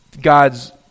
God's